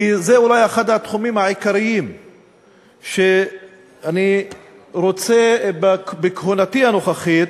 כי זה אחד התחומים העיקריים שאני רוצה לטפל בהם בכהונתי הנוכחית,